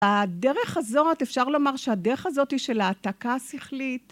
הדרך הזאת, אפשר לומר שהדרך הזאת היא של העתקה השכלית.